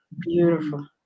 Beautiful